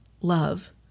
love